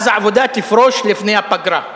אז העבודה תפרוש לפני הפגרה.